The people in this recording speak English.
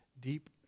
deep